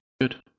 good